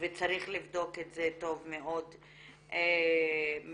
וצריך לבדוק את זה טוב מאוד מבחינה משפטית,